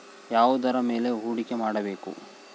ಯಾವುದರ ಮೇಲೆ ಹೂಡಿಕೆ ಮಾಡಬೇಕು?